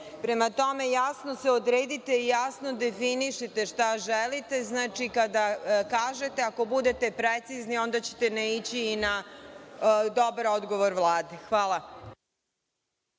Prema tome, jasno se odredite i jasno definišite šta želite. Znači, kada kažete, ako budete precizni onda ćete naići i na dobar odgovor Vlade. Hvala.